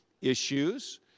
issues